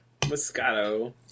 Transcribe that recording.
Moscato